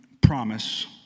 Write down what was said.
promise